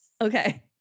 Okay